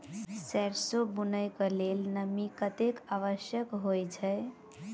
सैरसो बुनय कऽ लेल नमी कतेक आवश्यक होइ छै?